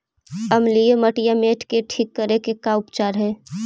अमलिय मटियामेट के ठिक करे के का उपचार है?